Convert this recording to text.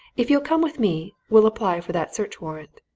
if you'll come with me, we'll apply for that search-warrant.